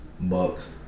Bucks